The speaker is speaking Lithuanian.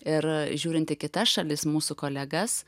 ir žiūrint į kitas šalis mūsų kolegas